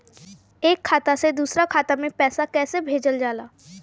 एक खाता से दूसरा खाता में पैसा कइसे भेजल जाला?